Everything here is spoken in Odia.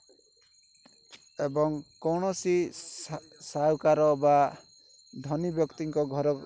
ଏବଂ କୌଣସି ସାହୁକାର ବା ଧନୀ ବ୍ୟକ୍ତିଙ୍କ ଘରେ